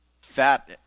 fat